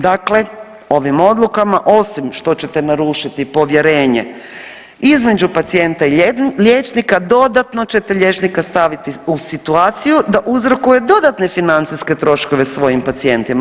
Dakle, ovim odlukama osim što ćete narušiti povjerenje između pacijenta i liječnika dodatno ćete liječnika staviti u situaciju da uzrokuje dodatne financijske troškove svojim pacijentima.